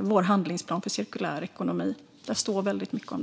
vår handlingsplan för cirkulär ekonomi. Där står väldigt mycket om det.